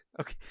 Okay